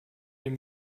dem